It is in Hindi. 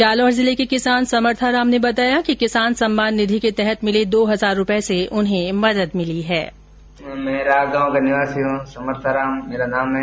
जालौर जिले के किसान समर्था राम ने बताया कि किसान सम्मान निधि के तहत मिले दो हजार रूपये से उन्हें मदद मिली है